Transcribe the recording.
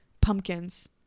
pumpkins